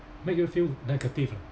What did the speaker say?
make you feel negative lah